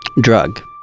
drug